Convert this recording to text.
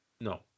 no